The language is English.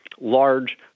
large